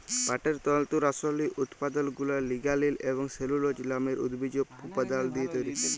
পাটের তল্তুর আসলি উৎপাদলগুলা লিগালিল এবং সেলুলজ লামের উদ্ভিজ্জ উপাদাল দিঁয়ে তৈরি